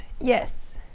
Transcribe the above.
Yes